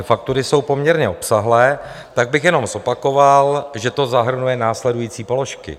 Ty faktury jsou poměrně obsáhlé, tak bych jenom zopakoval, že to zahrnuje následující položky.